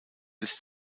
bis